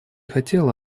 хотела